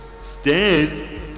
Stand